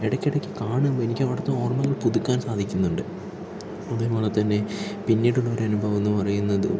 ഇടയ്ക്കിടയ്ക്ക് കാണുമ്പോൾ എനിക്ക് അവിടുത്തെ ഓർമ്മകൾ പുതുക്കാൻ സാധിക്കുന്നുണ്ട് അതേപോലെതന്നെ പിന്നീട് ഉള്ളൊരു അനുഭവം എന്ന് പറയുന്നത്